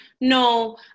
No